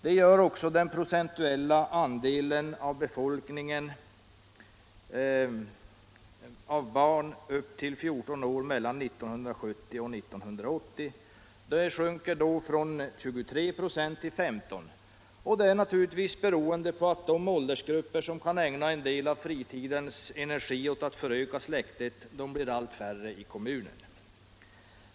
Det gör också den procentuella andelen av barn upp till 14 år inom befolkningen under tiden 1970-1980. Den sjunker då från 23 96 till 15 96, naturligtvis beroende på att de åldersgrupper som kan ägna en del av fritidens energi åt att föröka släktet blir allt mindre i kommunen.